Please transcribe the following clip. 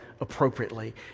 appropriately